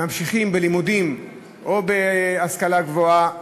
ממשיכים בלימודים או בהשכלה גבוהה,